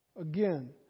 Again